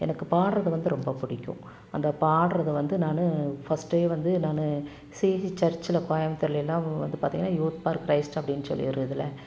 எனக்கு பாட்டுறது வந்து ரொம்ப பிடிக்கும் அந்த பாட்டுறது வந்து நான் ஃபர்ஸ்டே வந்து நான் சிஜி சர்ச்சில் கோயம்புத்தூர்லெல்லாம் வந்து பார்த்திங்கனா யூத் ஃபார் கிரைஸ்ட் அப்படின் சொல்லி ஒரு இதில்